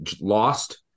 lost